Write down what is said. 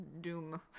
doom